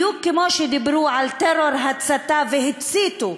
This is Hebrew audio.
בדיוק כמו שדיברו על טרור ההצתה והציתו